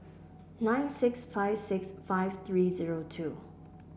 nine six five six five three zero two